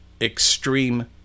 extreme